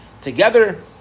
together